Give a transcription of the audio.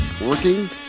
working